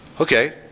Okay